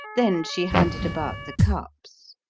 then she handed about the cups.